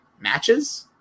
matches